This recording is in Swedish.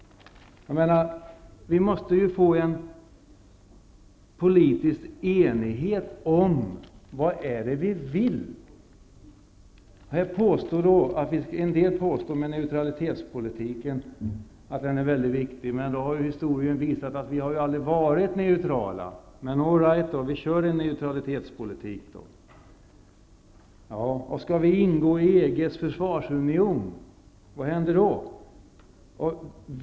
Vi måste ju få en politisk enighet om vad det är vi vill. En del påstår att neutralitetspolitiken är väldigt viktig, men historien har visat att vi aldrig har varit neutrala. All right, vi kör en neutralitetspolitik då. Skall vi ingå i EG:s försvarsunion? Vad händer då?